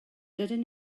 dydyn